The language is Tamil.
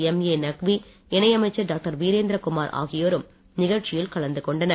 எம்ஏ நக்வி இணை அமைச்சர் டாக்டர் வீரேந்திரகுமார் ஆகியோரும் நிகழ்ச்சியில் கலந்து கொண்டனர்